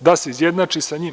da se izjednači sa njim.